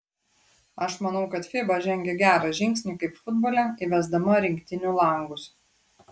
aš manau kad fiba žengė gerą žingsnį kaip futbole įvesdama rinktinių langus